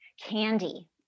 Candy